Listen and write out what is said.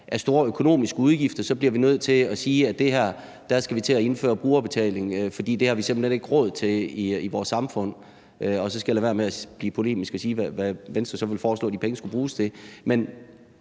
af store økonomiske udgifter her bliver nødt til at skulle til at indføre brugerbetaling, for ellers har vi simpelt hen ikke råd til det i vores samfund. Og så skal jeg lade være med at blive polemisk og sige, hvad Venstre så ville foreslå at de penge skulle bruges til. Men